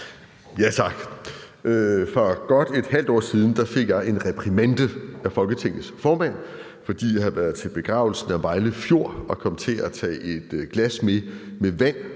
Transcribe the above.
Tak. For godt et halvt år siden fik jeg en reprimande af Folketingets formand, fordi jeg havde været til begravelsen af Vejle Fjord og kom til at tage et glas med vand